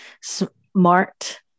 smart